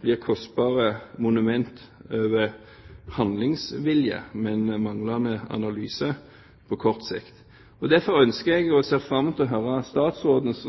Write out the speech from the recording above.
blir kostbare monument over handlingsvilje, men manglende analyse på kort sikt. Derfor ønsker jeg – og ser fram til – å høre statsrådens